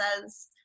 says